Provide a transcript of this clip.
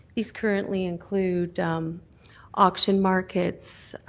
these currently include auction markets,